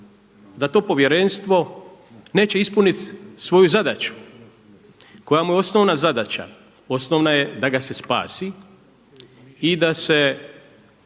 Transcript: da to povjerenstvo neće ispunit svoju zadaću koja mu je osnovna zadaća. Osnovna je da ga se spasi i da se